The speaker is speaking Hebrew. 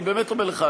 אני באמת אומר לך,